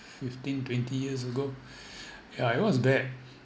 fifteen twenty years ago yeah it was bad